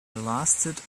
lasted